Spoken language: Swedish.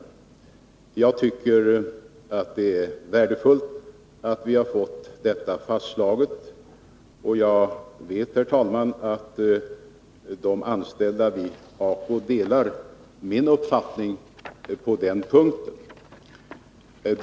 Jag tycker att det är värdefullt att vi fått detta fastslaget. Jag vet, herr talman, att de anställda vid ACO delar min uppfattning på den punkten.